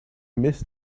miss